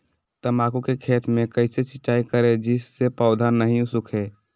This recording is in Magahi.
तम्बाकू के खेत मे कैसे सिंचाई करें जिस से पौधा नहीं सूखे?